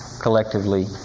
collectively